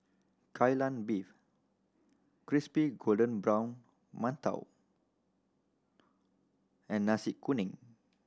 Kai Lan Beef crispy golden brown mantou and Nasi Kuning